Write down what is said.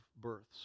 births